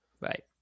right